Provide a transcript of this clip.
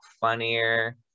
funnier